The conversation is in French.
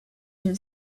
une